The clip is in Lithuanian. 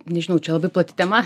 nežinau čia labai plati tema